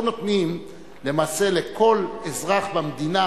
פה נותנים למעשה לכל אזרח במדינה,